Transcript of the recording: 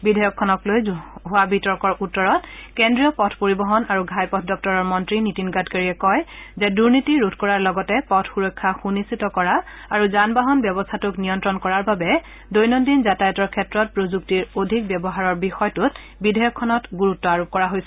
বিধেয়কখনক লৈ হোৱা বিতৰ্কৰ উত্তৰত কেন্দ্ৰীয় পথ পৰিবহণ আৰু ঘাইপথ দপ্তৰৰ মন্তী নীতিন গাডকাৰীয়ে কয় যে দুনীতি ৰোধ কৰাৰ লগতে পথ সুৰক্ষা সুনিশ্চিত কৰা আৰু যান বাহন ব্যৱস্থাটোক নিয়ন্ত্ৰণ কৰাৰ বাবে দৈনন্দিন যাতায়াতৰ ক্ষেত্ৰত প্ৰযুক্তিৰ অধিক ব্যৱহাৰৰ বিষয়টোত বিধেয়কখনত গুৰুত্ব আৰোপ কৰা হৈছে